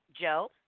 Joe